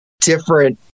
different